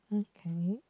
okay